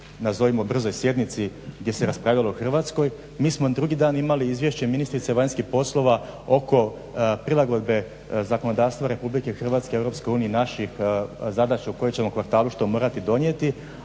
nazovimo brzoj sjednici gdje se raspravljalo o Hrvatskoj. Mi smo drugi dan imali izvješće ministrice vanjskih poslova oko prilagodbe zakonodavstva RH EU naših zadaća u kojem ćemo kvartalu što morati donijeti